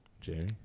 Jerry